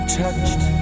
touched